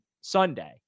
Sunday